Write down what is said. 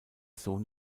sohn